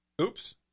Oops